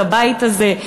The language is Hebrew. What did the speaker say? בבית הזה.